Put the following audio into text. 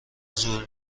زور